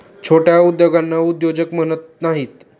छोट्या उद्योगांना उद्योजक म्हणत नाहीत